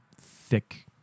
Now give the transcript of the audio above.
thick